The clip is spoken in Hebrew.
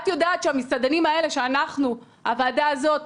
את יודעת שהמסעדנים האלה שאנחנו, הוועדה הזאת,